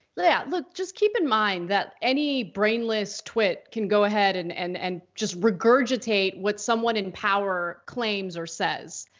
yeah, look, just keep in mind that any brainless twit can go ahead and and and just regurgitate what someone in power claims or says.